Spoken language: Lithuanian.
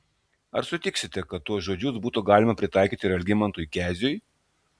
ar sutiksite kad tuos žodžius būtų galima pritaikyti ir algimantui keziui